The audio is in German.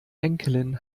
enkelin